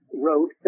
Wrote